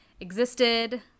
existed